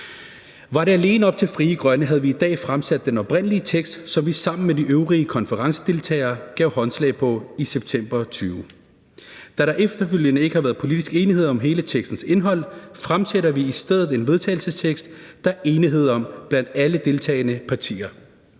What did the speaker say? Var det alene op til Frie Grønne, havde vi i dag fremsat den oprindelige tekst, som vi sammen med de øvrige konferencedeltagere gav håndslag på i september 2020. Da der efterfølgende ikke har været politisk enighed om hele tekstens indhold, fremsætter vi i stedet et forslag til vedtagelse, der er enighed om blandt alle deltagende partier.